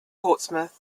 portsmouth